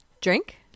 Drink